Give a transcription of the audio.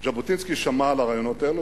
ז'בוטינסקי שמע על הרעיונות האלה,